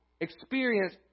experience